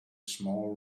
small